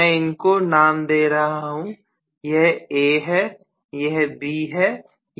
मैं इनको नाम दे रहा हूं यह A है यह B है यह C है